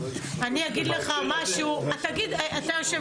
אתה יושב